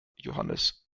johannes